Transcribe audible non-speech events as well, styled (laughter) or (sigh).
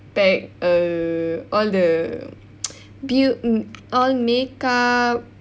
pack err all the (noise) beau~ mm all makeup